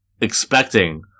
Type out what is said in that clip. expecting